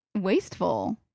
wasteful